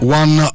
one